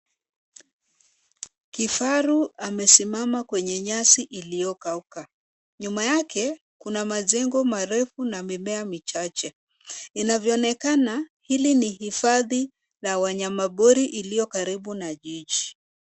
Kifaru amesimama kwenye nyasi ilyo kauka nyuma yake kuna majengo marefu na mimea michache inavyo onekana hili ni hifadhi la wanyama pori liyo karibu na jiji.